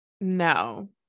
No